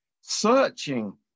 searching